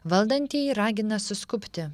valdantieji ragina suskubti